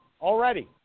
Already